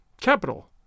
Capital